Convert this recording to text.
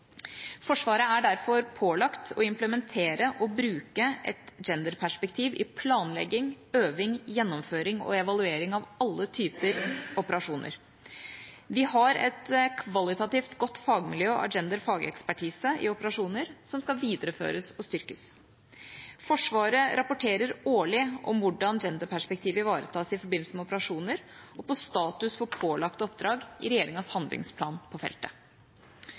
Forsvaret er derfor pålagt å implementere og bruke et «gender»-perspektiv i planlegging, øving, gjennomføring og evaluering av alle typer operasjoner. Vi har et kvalitativt godt fagmiljø av «gender»-fagekspertise i operasjoner som skal videreføres og styrkes. Forsvaret rapporterer årlig om hvordan «gender»-perspektivet ivaretas i forbindelse med operasjoner og på status for pålagte oppdrag i regjeringas handlingsplan på feltet.